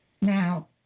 Now